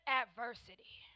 adversity